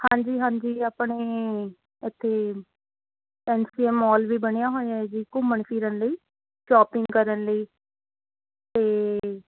ਹਾਂਜੀ ਹਾਂਜੀ ਆਪਣੇ ਇੱਥੇ ਐਨ ਸੀ ਐਮ ਮੋਲ ਵੀ ਬਣਿਆ ਹੋਇਆ ਹੈ ਜੀ ਘੁੰਮਣ ਫਿਰਨ ਲਈ ਸ਼ੋਪਿੰਗ ਕਰਨ ਲਈ ਅਤੇ